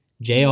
jr